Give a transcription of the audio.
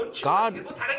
God